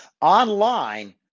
online